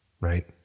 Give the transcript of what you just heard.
right